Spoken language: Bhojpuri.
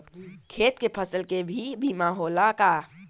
खेत के फसल के भी बीमा होला का?